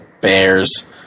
Bears